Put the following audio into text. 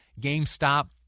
GameStop